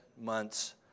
months